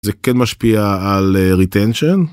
זה כן משפיע על ריטנשן.